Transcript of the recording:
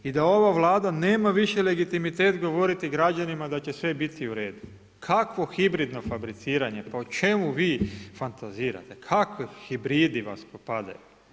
I da ova Vlada nema više legitimitet govoriti građanima da će sve biti u redu, kakvo hibridno fabriciranje, pa o čemu vi fantazirate, kakvi hibridi vas napadaju.